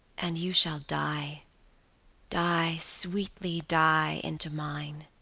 and you shall die die, sweetly die into mine.